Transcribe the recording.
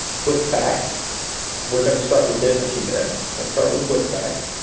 quickfacts. we're going to start with it in a few minutes. we'll start with quickfacts.